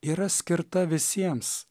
yra skirta visiems